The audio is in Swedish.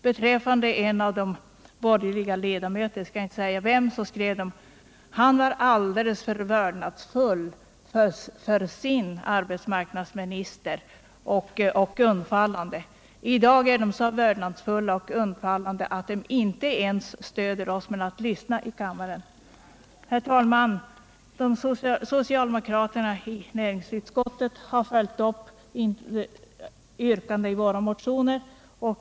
Beträffande en av de borgerliga ledamöterna, jag skall inte säga vem, skrevs: Han är alldeles för vördnadsfull och undfallande inför sin industriminister. I dag är de så vördnadsfulla och undfallande att de inte ens stöder oss med att lyssna i kammaren. Herr talman! Socialdemokraterna i näringsutskottet har följt upp yrkandena i våra motioner.